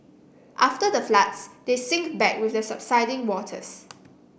after the floods they sink back with the subsiding waters